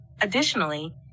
Additionally